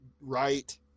right